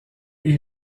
est